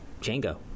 Django